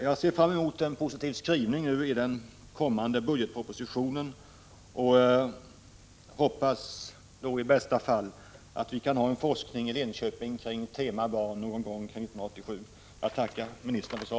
Jag ser fram emot en positiv skrivning i den kommande budgetpropositio 37 nen, och jag hoppas att vi i bästa fall har en forskning i Linköping kring temat barn någon gång 1987.